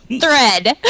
thread